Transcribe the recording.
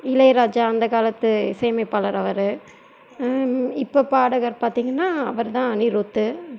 இளையராஜா அந்த காலத்து இசை அமைப்பாளர் அவர் இப்போ பாடகர் பார்த்திங்கன்னா அவர்தான் அனிருத்